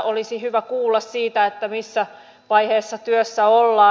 olisi hyvä kuulla siitä missä vaiheessa työssä ollaan